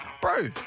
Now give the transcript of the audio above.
Bro